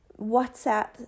WhatsApp